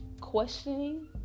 questioning